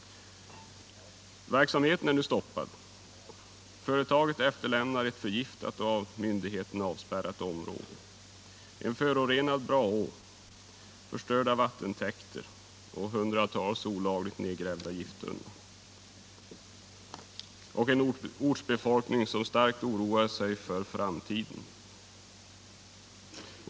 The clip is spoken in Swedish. Verksamheten är nu stoppad. Företaget efterlämnar ett förgiftat och av myndigheterna avspärrat område, en förorenad Braå, förstörda vattentäkter och hundratals olagligt nedgrävda gifttunnor samt en ortsbefolkning som starkt oroar sig för framtiden.